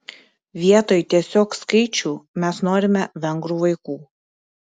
vietoj tiesiog skaičių mes norime vengrų vaikų